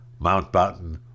Mountbatten